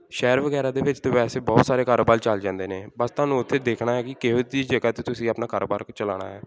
ਸ਼ਹਿਰ ਵਗੈਰਾ ਦੇ ਵਿੱਚ ਤਾਂ ਵੈਸੇ ਬਹੁਤ ਸਾਰੇ ਕਾਰੋਬਾਰ ਚੱਲ ਜਾਂਦੇ ਨੇ ਬਸ ਤੁਹਾਨੂੰ ਉੱਥੇ ਦੇਖਣਾ ਹੈ ਕਿ ਕਿਹੋ ਜਿਹੀ ਜਗ੍ਹਾ 'ਤੇ ਤੁਸੀਂ ਆਪਣਾ ਕਾਰੋਬਾਰ ਚਲਾਉਣਾ ਹੈ